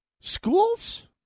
Schools